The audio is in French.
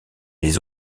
les